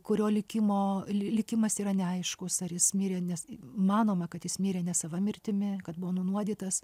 kurio likimo li likimas yra neaiškus ar jis mirė nes manoma kad jis mirė nesava mirtimi kad buvo nunuodytas